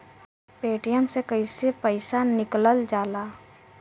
Paytm से कैसे पैसा निकलल जाला?